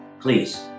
Please